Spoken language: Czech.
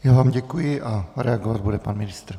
Já vám děkuji a reagovat bude pan ministr.